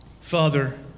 Father